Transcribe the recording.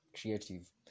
creative